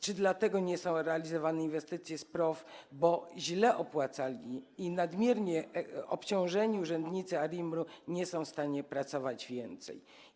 Czy dlatego nie są realizowane inwestycje w ramach PROW, bo źle opłacani i nadmiernie obciążeni urzędnicy ARiMR-u nie są w stanie pracować więcej?